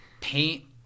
paint